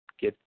Get